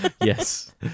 yes